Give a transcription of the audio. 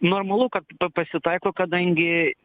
normalu kad p pasitaiko kadangi